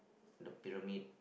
the pyramid